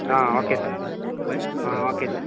ಹಾಂ okay sir ಹಾಂ okay sir